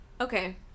Okay